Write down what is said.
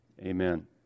Amen